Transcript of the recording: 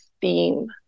theme